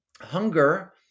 hunger